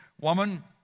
Woman